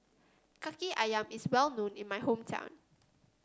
Kaki ayam is well known in my hometown